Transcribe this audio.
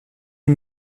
les